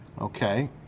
Okay